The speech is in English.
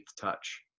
touch